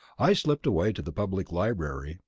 i slipped away to the public library,